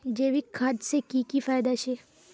जैविक खाद से की की फायदा छे?